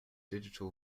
digital